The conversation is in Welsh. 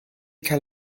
cael